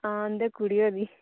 हां उदे कुड़ी होई दी